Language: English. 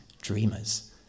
dreamers